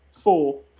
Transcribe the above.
Four